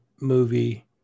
movie